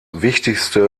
wichtigste